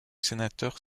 sénateurs